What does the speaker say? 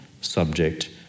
subject